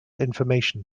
information